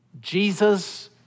Jesus